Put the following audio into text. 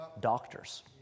Doctors